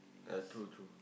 ya true true